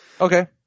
Okay